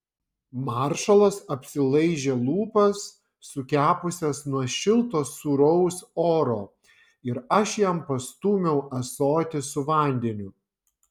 maršalas apsilaižė lūpas sukepusias nuo šilto sūraus oro ir aš jam pastūmiau ąsotį su vandeniu